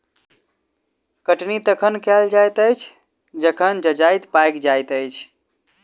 कटनी तखन कयल जाइत अछि जखन जजति पाकि जाइत अछि